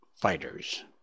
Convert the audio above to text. fighters